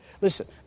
Listen